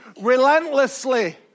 relentlessly